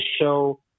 show